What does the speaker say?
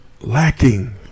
lacking